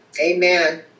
Amen